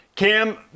Cam